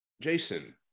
Jason